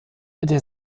der